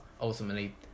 ultimately